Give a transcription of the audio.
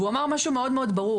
והוא אמר משהו מאוד מאוד ברור.